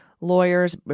lawyers